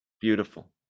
Beautiful